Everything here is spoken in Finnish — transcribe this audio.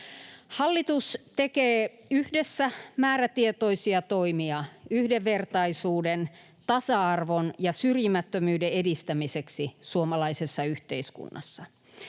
Hallitus tekee yhdessä määrätietoisia toimia yhdenvertaisuuden, tasa-arvon ja syrjimättömyyden edistämiseksi suomalaisessa yhteiskunnassa.